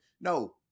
No